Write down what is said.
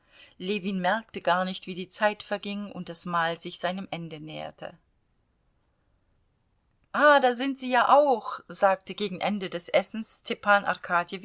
ljewin merkte gar nicht wie die zeit verging und das mahl sich seinem ende näherte ah da sind sie ja auch sagte gegen ende des essens